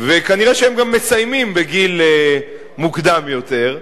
וכנראה הם גם מסיימים אותה בגיל מוקדם יותר.